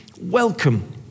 welcome